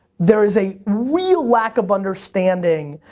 there is a real lack of understanding